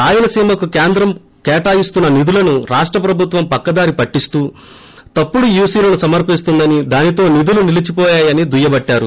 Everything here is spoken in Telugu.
రాయలసీమొకు కేంద్రం కేటాయిస్తున్న నిధులను రాష్ట్ర ప్రభుత్వం పక్కదారి పట్టిస్తూ తప్పుడు యూసీలు సమర్పిస్తోందని దానితో నిధులు నిలీచిపోయాయని దుయ్యబట్టారు